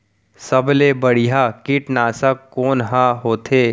सबले बढ़िया कीटनाशक कोन ह होथे?